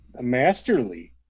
masterly